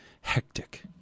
hectic